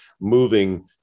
moving